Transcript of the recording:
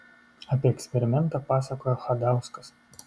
apie eksperimentą pasakojo chadauskas